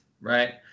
right